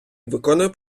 виконує